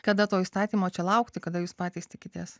kada to įstatymo čia laukti kada jūs patys tikitės